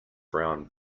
brown